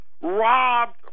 robbed